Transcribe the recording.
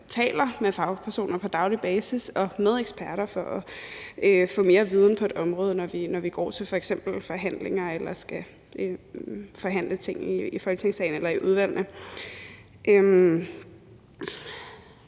taler med fagpersoner og eksperter på daglig basis for at få mere viden på et område, når vi går til f.eks. forhandlinger eller skal forhandle ting i Folketingssalen eller i udvalgene.